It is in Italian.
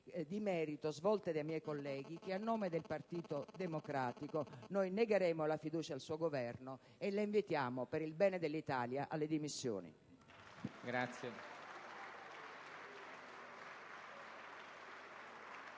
di merito, svolte dai miei colleghi che, a nome del Partito Democratico, negheremo la fiducia al suo Governo e la invitiamo, per il bene dell'Italia, alle dimissioni.